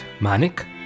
Manik